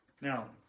Now